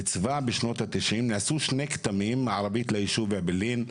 נעשו שני כתמים מערבית לישוב אעבלין.